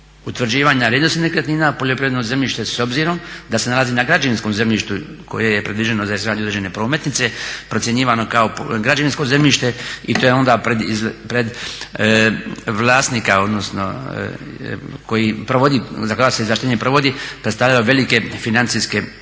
utvrđivanja vrijednosti nekretnina poljoprivredno zemljište s obzirom da se nalazi na građevinskom zemljištu koje je predviđeno za izgradnju određene prometnice procjenjivano kao građevinsko zemljište i to je onda pred vlasnika za koga se izvlaštenje provodi predstavljalo velike financijske probleme.